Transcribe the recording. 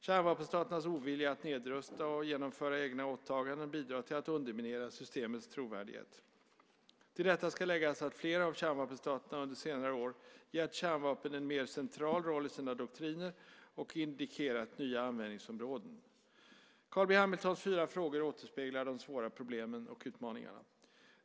Kärnvapenstaternas ovilja att nedrusta och genomföra egna åtaganden bidrar till att underminera systemets trovärdighet. Till detta ska läggas att flera av kärnvapenstaterna under senare år gett kärnvapen en mer central roll i sina doktriner och indikerat nya användningsområden. Carl B Hamiltons fyra frågor återspeglar de svåra problemen och utmaningarna.